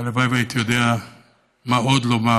הלוואי והייתי יודע מה עוד לומר,